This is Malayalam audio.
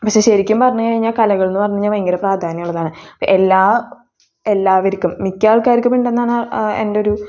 പക്ഷേ ശരിക്കും പറഞ്ഞ് കഴിഞ്ഞാൽ കലകൾ എന്ന് പറഞ്ഞ് കഴിഞ്ഞാൽ ഭയങ്കര പ്രാധാന്യമുള്ളതാണ് എല്ലാ എല്ലാവർക്കും മിക്ക ആൾക്കാർക്കും ഉണ്ടെന്നാണ് എൻ്റെ ഒരു